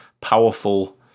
powerful